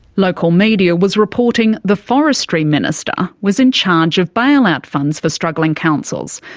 local media was reporting the forestry minister was in charge of bailout funds for struggling councils.